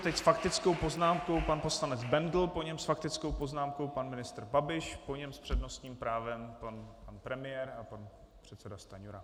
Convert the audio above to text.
Teď s faktickou poznámkou pan poslanec Bendl, po něm s faktickou poznámkou pan ministr Babiš, po něm s přednostním právem pan premiér a pan předseda Stanjura.